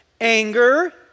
Anger